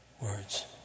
words